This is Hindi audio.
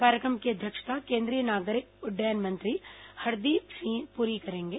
कार्यक्रम की अध्यक्षता केन्द्रीय नागरिक उड्डयन मंत्री हरदीप सिंह पुरी करेंगे